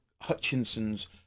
Hutchinson's